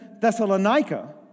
Thessalonica